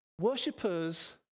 worshippers